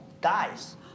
dies